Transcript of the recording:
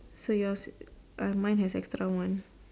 so yours mine has extra one